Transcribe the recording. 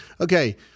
Okay